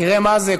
תראה מה זה,